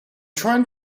trying